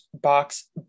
box